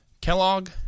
Kellogg